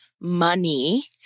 money